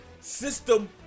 system